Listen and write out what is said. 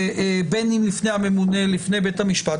בין אם לפני הממונה או לפני בית המשפט.